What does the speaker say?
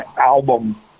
album